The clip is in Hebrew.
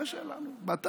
שיהיה כתוב בטאבו.